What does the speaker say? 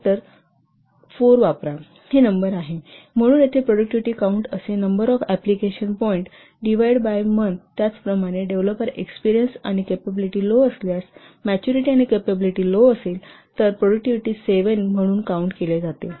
factor 4 वापरा ही number आहे म्हणून येथे प्रोडक्टव्हिटी काउन्ट असे number of application point divide by month त्याचप्रमाणे डेव्हलोपर एक्सपेरियन्स आणि कॅपॅबिलिटी लो असल्यास मॅच्युरिटी आणि कॅपॅबिलिटी लो असेल तर प्रोडक्टव्हिटी 7 म्हणून काउन्ट केले जाते